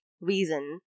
reason